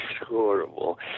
horrible